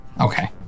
Okay